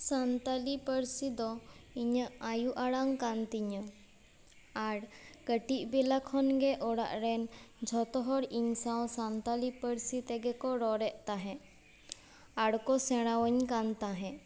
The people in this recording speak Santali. ᱥᱟᱱᱛᱟᱲᱤ ᱯᱟᱹᱨᱥᱤ ᱫᱚ ᱤᱧᱟᱹᱜ ᱟᱭᱳ ᱟᱲᱟᱝ ᱠᱟᱱ ᱛᱤᱧᱟᱹ ᱟᱨ ᱠᱟᱹᱴᱤᱡ ᱵᱮᱞᱟ ᱠᱷᱚᱱ ᱜᱮ ᱚᱲᱟᱜ ᱨᱮ ᱡᱷᱚᱛᱚ ᱦᱚᱲ ᱤᱧ ᱥᱟᱶ ᱥᱟᱱᱛᱟᱲᱤ ᱯᱟᱹᱨᱥᱤ ᱛᱮᱜᱮ ᱠᱚ ᱨᱚᱲᱮᱫ ᱛᱟᱦᱮᱸᱜ ᱟᱨᱠᱚ ᱥᱮᱬᱟ ᱟᱹᱧ ᱠᱟᱱ ᱛᱟᱦᱮᱸᱜ